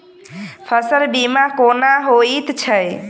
फसल बीमा कोना होइत छै?